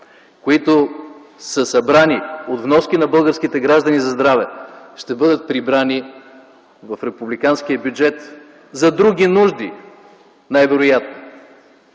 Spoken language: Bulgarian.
които са събрани от вноски на българските граждани за здраве, ще бъдат прибрани в републиканския бюджет за други нужди най-вероятно.